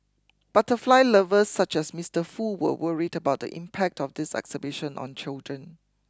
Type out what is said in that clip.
butterfly lovers such as Mister Foo were worried about the impact of this exhibition on children